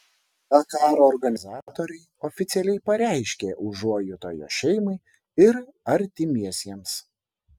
dakaro organizatoriai oficialiai pareiškė užuojautą jo šeimai ir artimiesiems